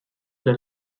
già